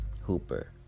Hooper